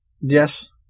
Yes